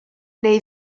neu